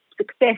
success